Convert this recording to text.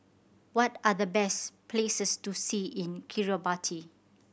what are the best places to see in Kiribati